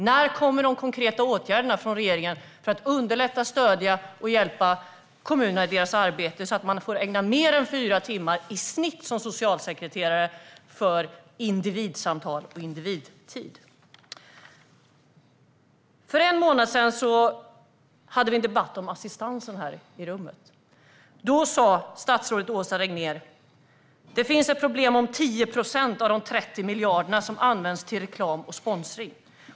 När kommer de konkreta åtgärderna från regeringen för att stödja, hjälpa och underlätta för kommunerna i deras arbete, så att man som socialsekreterare får ägna mer än i snitt fyra timmar i veckan åt individsamtal och individtid? För en månad sedan hade vi här i kammaren en debatt om assistans. Då sa statsrådet Åsa Regnér att det finns ett problem med att 10 procent av de 30 miljarderna används till reklam och sponsring.